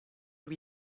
lui